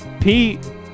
Pete